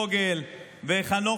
פוגל וחנוך,